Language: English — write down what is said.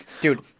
dude